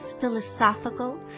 philosophical